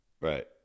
right